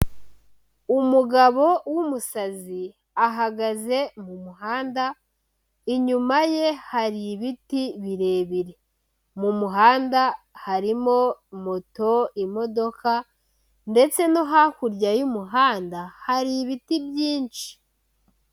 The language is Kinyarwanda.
Umugabo w'umusazi, ahagaze mu muhanda, inyuma ye hari ibiti birebire, mu muhanda harimo moto, imodoka ndetse no hakurya y'umuhanda hari ibiti byinshi.